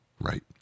right